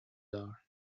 are